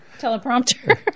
Teleprompter